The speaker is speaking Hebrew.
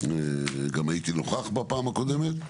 הייתי נוכח בפעם הקודמת.